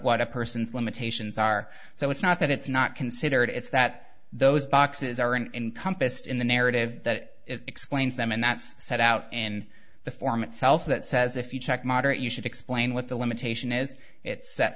what a person's limitations are so it's not that it's not considered it's that those boxes aren't in compassed in the narrative that explains them and that's set out in the form itself that says if you check moderate you should explain what the limitation is it's set